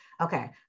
okay